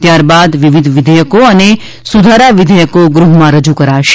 ત્યાર બાદ વિવિધ વિધેયકો અને સુધારા વિધેયકો ગૃહમાં રજૂ કરાશે